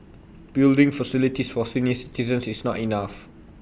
building facilities for senior citizens is not enough